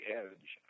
edge